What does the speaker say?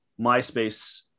myspace